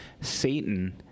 Satan